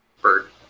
Bird